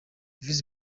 visi